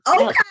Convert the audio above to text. Okay